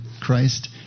Christ